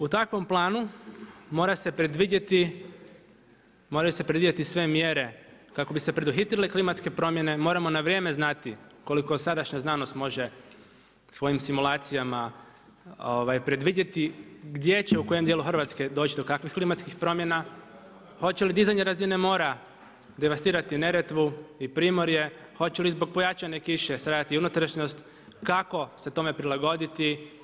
U takvom planu moraju se predvidjeti sve mjere kako bi se preduhitrile klimatske promjene, moramo na vrijeme znati koliko sadašnja znanost može svojim simulacijama predvidjeti gdje će u kojem dijelu Hrvatske doći do kakvih klimatskih promjena, hoće li dizanje razina mora devastirati Neretvu i Primorje, hoće li zbog pojačane kiše stradati unutrašnjost i kako se tome prilagoditi.